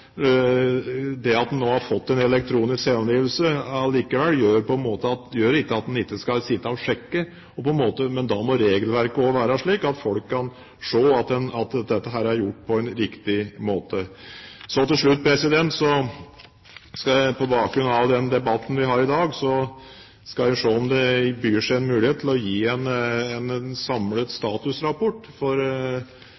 det at vi nå har fått elektronisk selvangivelse, gjør ikke at man ikke skal sjekke, men da må regelverket også være slik at folk kan se at dette er gjort på en riktig måte. Til slutt: Jeg skal på bakgrunn av den debatten vi har hatt i dag, se om det byr seg en mulighet til å gi en samlet statusrapport for det arbeidet som nå foregår på ulike områder i forhold til skatteunndragelser, slik at man også kan legge til rette for en